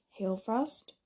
Hailfrost